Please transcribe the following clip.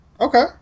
Okay